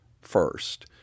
first